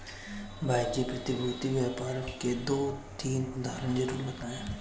भाई जी प्रतिभूति व्यापार के दो तीन उदाहरण जरूर बताएं?